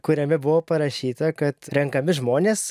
kuriame buvo parašyta kad renkami žmonės